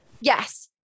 Yes